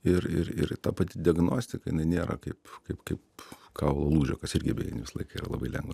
ir ir ir ta pati diagnostika nėra kaip kaip kaip kaulo lūžio kas irgi beje ne visą laiką yra labai lengva